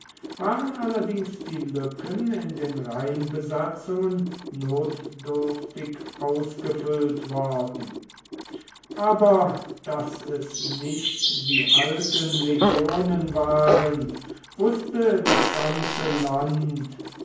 waren allerdings die lücken in den rheinbesatzungen notdürftig ausgefüllt worden aber daß es nicht die alten legionen waren wußte das ganze land